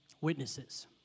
witnesses